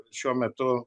šiuo metu